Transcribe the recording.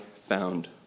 found